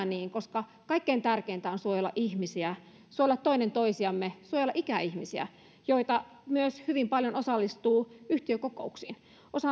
niin koska kaikkein tärkeintä on suojella ihmisiä suojella toinen toisiamme suojella ikäihmisiä joita myös hyvin paljon osallistuu yhtiökokouksiin